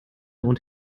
und